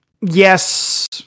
yes